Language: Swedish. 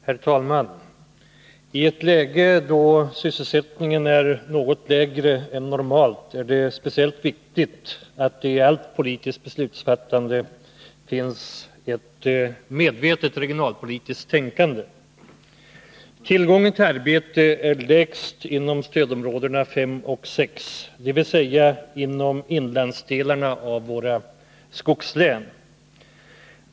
Herr talman! I ett läge då sysselsä! gsgraden är något lägre än normalt är det speciellt viktigt att det i allt politiskt beslutsfattande finns ett medvetet regionalpolitiskt tänkande. Tillgången till arbete är sämst inom stödområdena 5 och 6, dvs. inom inlandsdelarna av våra skogslän.